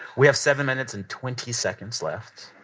we have seven minutes and twenty seconds left